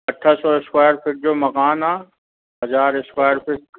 अठ औ square feet जो मकान आहे हज़ार स्क्वेर फ़िट